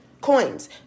coins